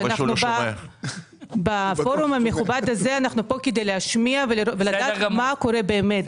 אנחנו בפורום המכובד פה כדי להשמיע ולדעת מה קורה באמת.